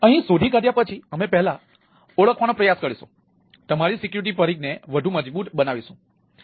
તેથી અહીં શોધી કાઢ્યા પછી અમે પહેલા ઓળખવાનો પ્રયાસ કરીશું તમારી સિક્યુરિટી પરિઘને વધુ મજબૂત બનાવીશું